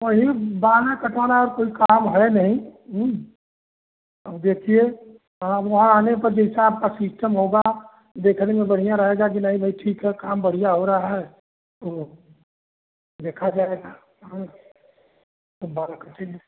वही बाल कटवाना है और कोई कम है नहीं देखिए हाँ वहाँ आने पर जैसा आपका सिस्टम होगा देखने में बढ़िया रहेगा कि नहीं भाई ठीक है काम बढ़िया हो रहा है वह देखा जाएगा तब बाल काटेंगे